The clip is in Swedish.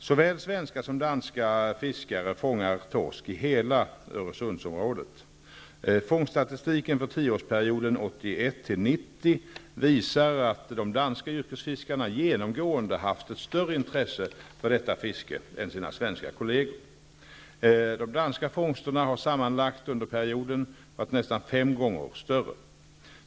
Såväl svenska som danska fiskare fångar torsk i hela Öresundsområdet. Fångststatistiken för tioårsperioden 1981--1990 visar, att de danska yrkesfiskarna genomgående haft ett större intresse för detta fiske än sina svenska kolleger. De danska fångsterna har sammanlagt under perioden varit nästan fem gånger större.